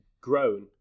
grown